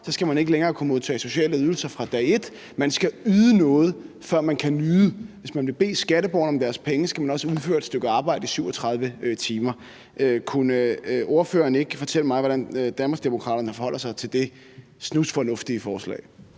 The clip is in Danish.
skal man ikke længere kunne modtage sociale ydelser fra dag et. Man skal yde noget, før man kan nyde; hvis man vil bede skatteborgerne om deres penge, skal man også udføre et stykke arbejde i 37 timer. Kunne ordføreren ikke fortælle mig, hvordan Danmarksdemokraterne forholder sig til det snusfornuftige forslag?